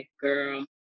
girl